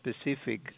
specific